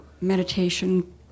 meditation